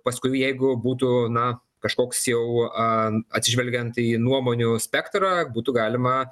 paskui jeigu būtų na kažkoks jau atsižvelgiant į nuomonių spektrą būtų galima